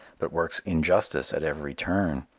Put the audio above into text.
but works injustice at every turn.